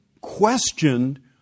questioned